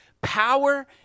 power